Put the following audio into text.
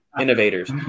Innovators